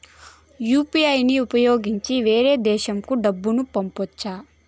UPI ని ఉపయోగించి వేరే దేశంకు డబ్బును పంపొచ్చా?